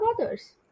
others